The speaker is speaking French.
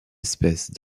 espèces